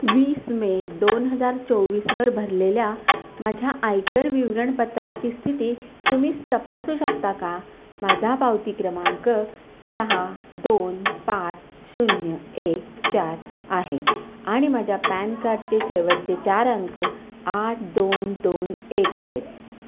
वीस मे दोन हजार चोवीसवर भरलेल्या माझ्या आयकर विवरणपत्राची स्थिती तुम्ही तपासू शकता का माझा पावती क्रमांक सहा दोन पाच शून्य एक चार आहे आणि माझ्या पॅन कार्डचे शेवटचे चार अंक आठ दोन दोन एक आहेत